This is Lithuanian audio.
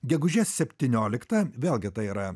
gegužės septynioliktą vėlgi tai yra